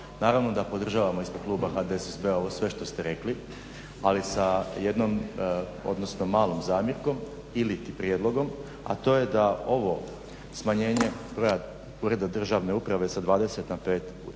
naravno da podržavamo iz kluba HDSSB-a ovo sve što ste rekli, ali sa jednom, odnosno malom zamjerkom iliti prijedlogom, a to je da ovo smanjenje broja ureda državne uprave sa 20 na 5 treba